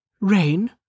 Rain